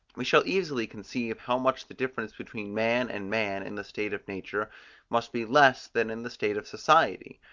we shall easily conceive how much the difference between man and man in the state of nature must be less than in the state of society,